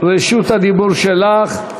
רשות הדיבור שלך.